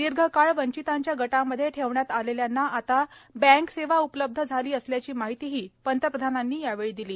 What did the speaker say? दीर्घ काळ वंचितांच्या गटामधे ठेवण्यात आलेल्यांना आता बँक सेवा उपलब्ध झाली असल्याची माहितीही पंतप्रधानांनी यावेळी दिली